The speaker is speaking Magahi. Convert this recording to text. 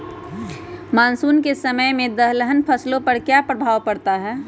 मानसून के समय में दलहन फसलो पर क्या प्रभाव पड़ता हैँ?